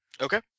Okay